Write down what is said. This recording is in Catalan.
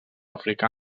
africà